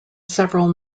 several